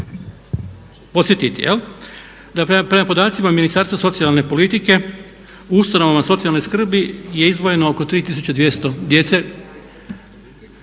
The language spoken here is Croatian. podsjetiti da prema podacima Ministarstva socijalne politike u ustanovama socijalne skrbi je izdvojeno oko 3200 djece